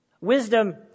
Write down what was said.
Wisdom